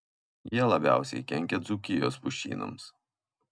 jie labiausiai kenkia dzūkijos pušynams